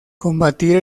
combatir